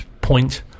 point